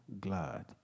glad